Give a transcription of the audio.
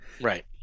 Right